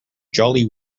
jolly